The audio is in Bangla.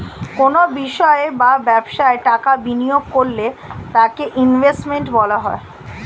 কোনো বিষয় বা ব্যবসায় টাকা বিনিয়োগ করলে তাকে ইনভেস্টমেন্ট বলা হয়